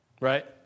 Right